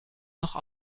noch